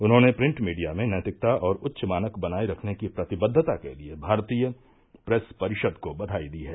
उन्होंने print media में नैतिकता और उच्च मानक बनाये रखने की प्रतिबद्वता के लिए भारतीय प्रेस परिषद को बधाई दी है